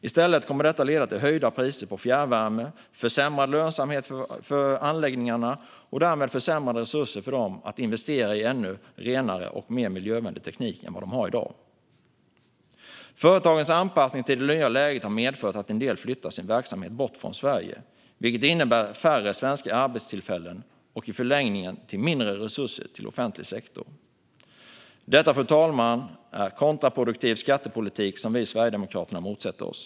I stället kommer detta att leda till höjda priser på fjärrvärme, försämrad lönsamhet för avfallsförbränningsanläggningarna och därmed försämrade resurser för dessa anläggningar att investera i ännu renare och mer miljövänlig teknik än vad de har i dag. Företagens anpassning till det nya läget har medfört att en del flyttar sin verksamhet bort från Sverige, vilket innebär färre svenska arbetstillfällen och i förlängningen mindre resurser till offentlig sektor. Detta, fru talman, är kontraproduktiv skattepolitik som vi i Sverigedemokraterna motsätter oss.